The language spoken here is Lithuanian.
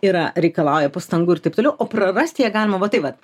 yra reikalauja pastangų ir taip toliau o prarasti ją galima va tai vat